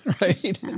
Right